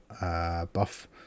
buff